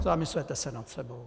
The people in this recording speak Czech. Zamyslete se nad sebou.